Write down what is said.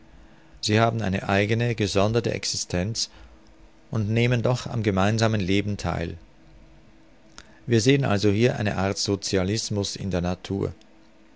sie haben eine eigene gesonderte existenz und nehmen doch am gemeinsamen leben theil wir sehen also hier eine art socialismus in der natur